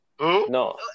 No